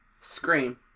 Scream